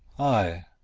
ay,